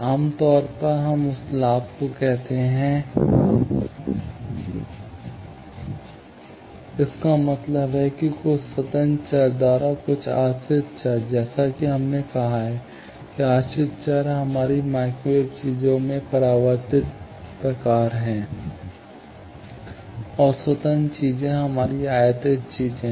आम तौर पर हम उस लाभ को कहते हैं इसका मतलब है कि कुछ स्वतंत्र चर द्वारा कुछ आश्रित चर जैसा कि हमने कहा है कि आश्रित चर हमारी माइक्रोवेव चीजों में परावर्तित प्रकार हैं और स्वतंत्र चीजें हमारी आयातित चीजें हैं